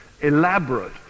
elaborate